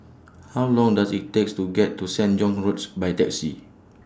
How Long Does IT takes to get to Sen John's Roads By Taxi